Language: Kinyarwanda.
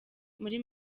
muri